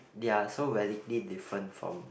they are so radically different from